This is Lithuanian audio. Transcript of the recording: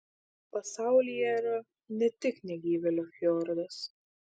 pasaulyje yra ne tik negyvėlio fjordas